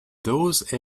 those